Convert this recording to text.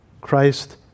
Christ